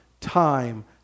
time